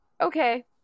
okay